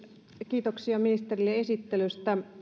kiitoksia ministerille esittelystä